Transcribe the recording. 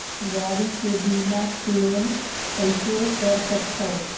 गाड़ी के बीमा क्लेम कइसे कर सकथव?